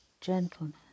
Gentleness